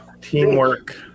Teamwork